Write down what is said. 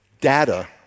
data